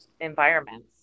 environments